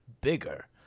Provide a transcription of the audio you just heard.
bigger